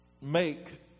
make